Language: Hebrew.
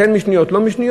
כן משניות או לא משניות,